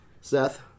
Seth